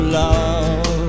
love